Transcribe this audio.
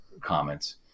comments